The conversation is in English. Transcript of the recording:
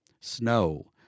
snow